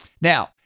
Now